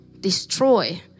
destroy